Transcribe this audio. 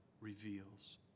reveals